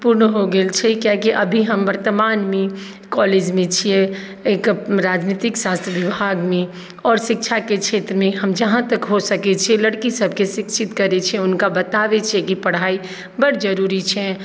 पूर्ण हो गेल छै किआकि अभी वर्तमानमे हम कॉलेजमे छियै एक राजनीतिक शास्त्र विभागमे आओर शिक्षाके क्षेत्रमे हम जहाँ तक हो सकैत छै लड़की सभकेँ शिक्षित करैत छियै हुनका बताबैत छियै कि पढ़ाइ बड्ड जरूरी छै